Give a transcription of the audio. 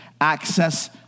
access